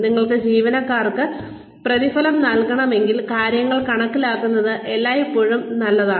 നിങ്ങൾക്ക് ജീവനക്കാർക്ക് പ്രതിഫലം നൽകണമെങ്കിൽ കാര്യങ്ങൾ കണക്കാക്കുന്നത് എല്ലായ്പ്പോഴും നല്ലതാണ്